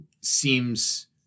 seems